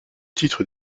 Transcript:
titre